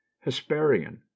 HESPERIAN